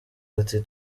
bati